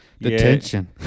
Detention